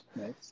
Nice